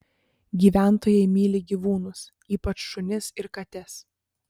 gyventojai myli gyvūnus ypač šunis ir kates